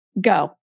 Go